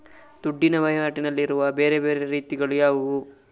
ದುಡ್ಡಿನ ವಹಿವಾಟಿನಲ್ಲಿರುವ ಬೇರೆ ಬೇರೆ ರೀತಿಗಳು ಯಾವುದು?